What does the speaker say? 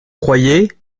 croyez